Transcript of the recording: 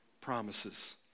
Promises